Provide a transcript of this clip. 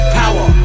power